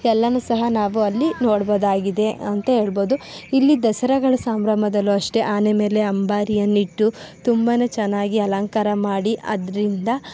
ಎಲ್ಲನು ಸಹ ನಾವು ಅಲ್ಲಿ ನೋಡ್ಬೊದಾಗಿದೆ ಅಂತ ಹೇಳ್ಬೊದು ಇಲ್ಲಿ ದಸರಾಗಳ ಸಂಭ್ರಮದಲ್ಲೂ ಅಷ್ಟೆ ಆನೆ ಮೇಲೆ ಅಂಬಾರಿಯನ್ನಿಟ್ಟು ತುಂಬಾ ಚೆನ್ನಾಗಿ ಅಲಂಕಾರ ಮಾಡಿ ಅದರಿಂದ